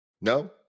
no